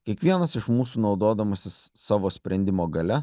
kiekvienas iš mūsų naudodamasis savo sprendimo galia